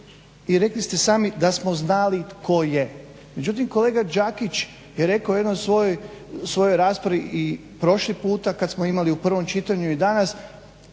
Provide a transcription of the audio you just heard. I rekli ste sami da smo znali tko je. Međutim kolega Đakić je rekao u jednoj svojoj raspravi i prošli puta kada smo imali u prvom čitanju i danas